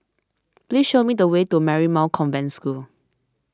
please show me the way to Marymount Convent School